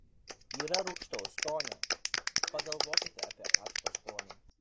yra rūgštaus skonio pagalvokite apie acto skonį